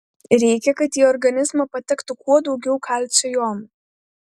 reikia kad į organizmą patektų kuo daugiau kalcio jonų